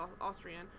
Austrian